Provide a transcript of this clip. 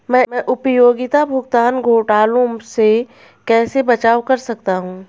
मैं उपयोगिता भुगतान घोटालों से कैसे बचाव कर सकता हूँ?